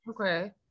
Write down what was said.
okay